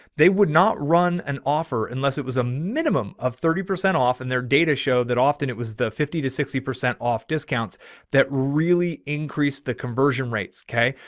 they would not run an offer unless it was a minimum of thirty percent off. and their data show that often it was the fifty to sixty percent off discounts that really. increase the conversion rates. okay.